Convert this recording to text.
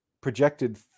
projected